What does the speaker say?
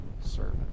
servant